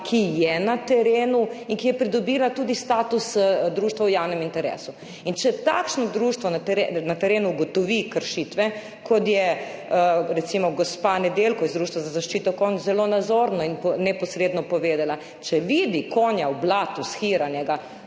ki je na terenu in ki je pridobila tudi status društva v javnem interesu in če takšno društvo na teren, na terenu ugotovi kršitve, kot je recimo gospa Nedelj, ko je iz Društva za zaščito konj zelo nazorno in neposredno povedala, če vidi konja v blatu, shiranega,